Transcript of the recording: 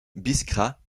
biskra